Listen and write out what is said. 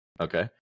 okay